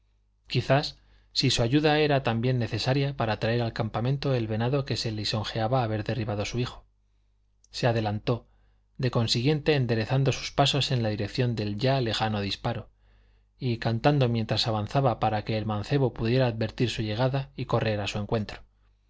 quizá si su ayuda era también necesaria para traer al campamento el venado que se lisonjeaba haber derribado su hijo se adelantó de consiguiente enderezando sus pasos en la dirección del ya lejano disparo y cantando mientras avanzaba para que el mancebo pudiera advertir su llegada y correr a su encuentro